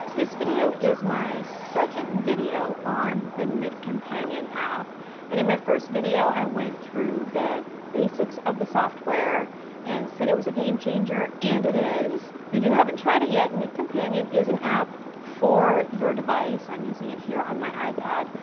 this video is my second video on the knitcompanion app. and in my first video, i went through the basics of the software and said it was a game changer, and it is. and if you haven't tried it yet, knitcompanion is an app for your device, i'm using it here on my ipad,